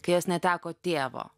kai jos neteko tėvo